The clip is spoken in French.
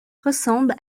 ressemble